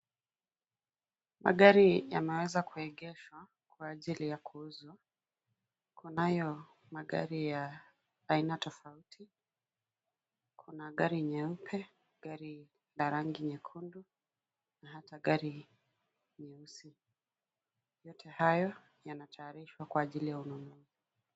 Magari yanaweza kuegeshwa, kwa ajili ya kuuzwa, kunayo, magari ya, aina tofauti, kuna gari nyeupe, gari, la rangi nyekundu, na hata gari, nyeusi, yote hayo, yanatayarishwa kwa ajili ya ununuzi.